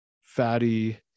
fatty